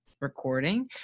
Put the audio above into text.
recording